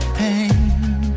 pain